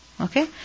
Okay